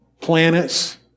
planets